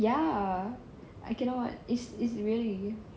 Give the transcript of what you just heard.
ya I cannot